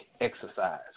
exercise